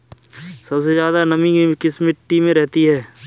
सबसे ज्यादा नमी किस मिट्टी में रहती है?